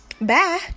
Bye